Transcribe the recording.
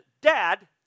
Dad